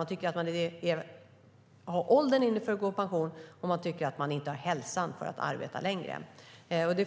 De tycker att de har åldern inne att gå i pension, och de tycker att de inte har hälsan för att arbeta längre. Det